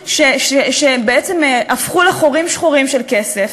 שבעצם הפכו לחורים שחורים של כסף,